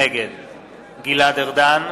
נגד גלעד ארדן,